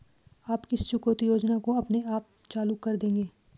आप किस चुकौती योजना को अपने आप चालू कर देंगे?